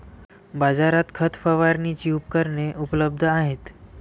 बाजारात खत फवारणीची उपकरणे उपलब्ध आहेत